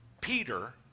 Peter